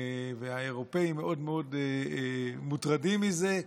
והאירופים מאוד מוטרדים מזה,